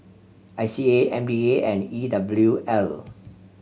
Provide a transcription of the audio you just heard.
I C A M D A and E W L